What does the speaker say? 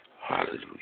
Hallelujah